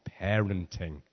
parenting